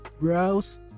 Browse